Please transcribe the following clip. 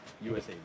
USA